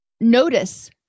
Notice